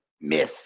Miss